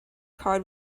card